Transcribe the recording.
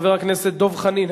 חבר הכנסת דב חנין,